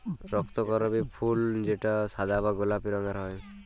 রক্তকরবী ফুল যেটা সাদা বা গোলাপি রঙের হ্যয়